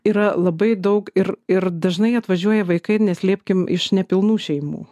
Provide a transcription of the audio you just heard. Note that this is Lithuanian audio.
yra labai daug ir ir dažnai atvažiuoja vaikai neslėpkim iš nepilnų šeimų